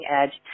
edge